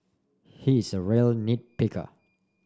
he is a real nit picker